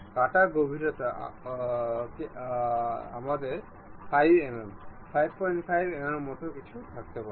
এটি সম্ভব করার জন্য আমাদের পাথ মেট নির্বাচন করতে হবে